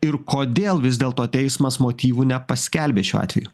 ir kodėl vis dėlto teismas motyvų nepaskelbė šiuo atveju